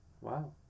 Wow